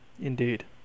indeed